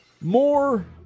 more